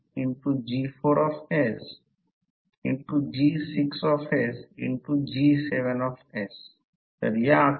core loss म्हणजे hysteresis loss eddy current loss नंतर या टॉपिकनंतर सिंगल फेज ट्रान्सफॉर्मरमध्ये पाहू